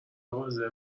مغازه